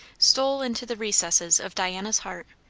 stole into the recesses of diana's heart,